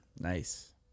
Nice